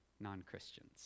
non-Christians